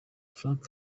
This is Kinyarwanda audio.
frank